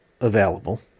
available